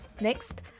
Next